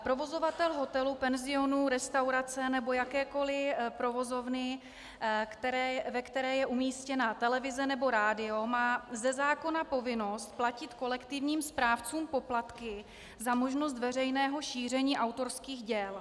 Provozovatel hotelu, penzionu, restaurace nebo jakékoliv provozovny, ve které je umístěna televize nebo rádio, má ze zákona povinnost platit kolektivním správcům poplatky za možnost veřejného šíření autorských děl.